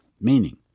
Meaning